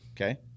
okay